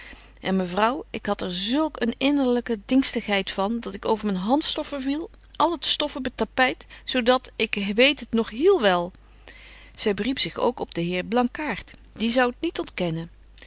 en mevrouw ik had er zulk een innerlyke dingstigheid van dat ik over myn handstoffer viel al het stof op het tapyt zo dat ik weet het nog hiel wel zy beriep zich ook op den heer blankaart die zou t niet ontkennen